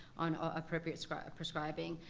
on appropriate so prescribing.